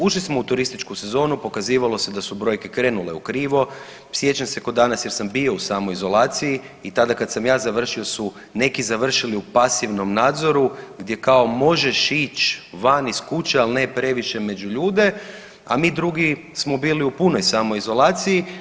Ušli smo u turističku sezonu, pokazivalo se da su brojke krenule ukrivo, sjećam se kao danas jer sam bio u samoizolaciji i tada kad sam ja završio su neki završili u pasivnom nadzoru gdje kao možeš ići van iz kuće, ali ne previše među ljude, a mi drugi smo bili u punoj samoizolaciji.